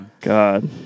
god